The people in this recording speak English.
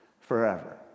forever